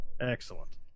Excellent